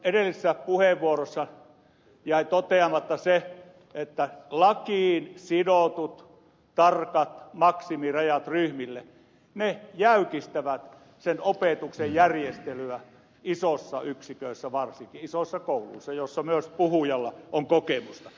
edellisessä puheenvuorossani jäi toteamatta että lakiin sidotut tarkat maksimirajat ryhmille jäykistävät opetuksen järjestelyä isoissa yksiköissä varsinkin isoissa kouluissa joista myös puhujalla on kokemusta